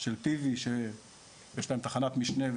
של PV שיש להן תחנת משנה,